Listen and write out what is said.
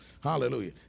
Hallelujah